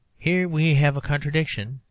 here we have a contradiction,